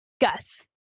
gus